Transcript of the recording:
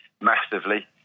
massively